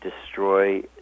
destroy